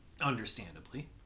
Understandably